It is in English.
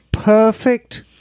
Perfect